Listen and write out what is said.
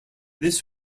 this